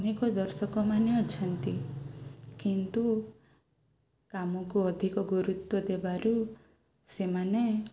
ଅନେକ ଦର୍ଶକମାନେ ଅଛନ୍ତି କିନ୍ତୁ କାମକୁ ଅଧିକ ଗୁରୁତ୍ୱ ଦେବାରୁ ସେମାନେ